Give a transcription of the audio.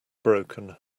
broken